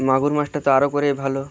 মাগুর মাছটা তো আরো করেই ভালো